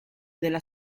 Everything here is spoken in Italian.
della